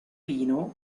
pino